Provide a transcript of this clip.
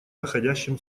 заходящим